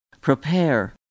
Prepare